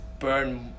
burn